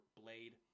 blade